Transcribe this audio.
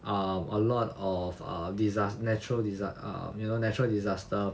um a lot of ah disa~ natural disa~ um you know natural disaster